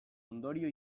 ondorio